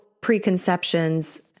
preconceptions